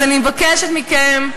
אז אני מבקשת מכם,